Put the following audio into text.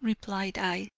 replied i